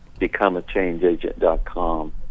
becomeachangeagent.com